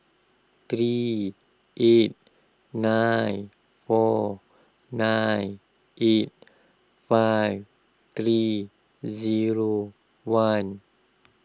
three eight nine four nine eight five three zero one